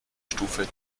stufe